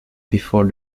before